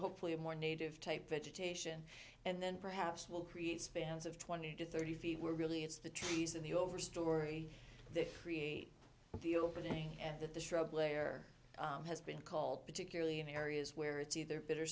hopefully a more native type vegetation and then perhaps will create spans of twenty to thirty feet were really it's the trees in the over story create the opening and that the shrub layer has been called particularly in areas where it's either bitter